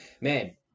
Man